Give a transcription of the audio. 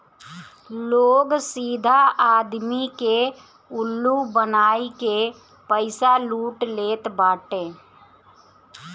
लोग सीधा आदमी के उल्लू बनाई के पईसा लूट लेत बाटे